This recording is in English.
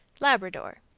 labrador.